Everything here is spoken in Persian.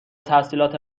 تحصیلات